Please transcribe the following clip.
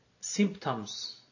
symptoms